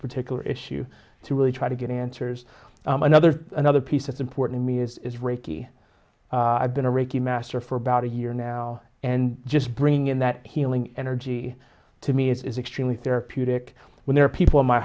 particular issue to really try to get answers another another piece it's important to me is reiki i've been a reiki master for about a year now and just bringing in that healing energy to me is extremely therapeutic when there are people in my